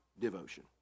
devotion